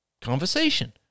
conversation